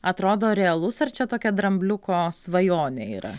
atrodo realus ar čia tokia drambliuko svajonė yra